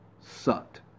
sucked